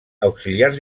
auxiliars